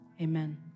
amen